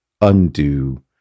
undo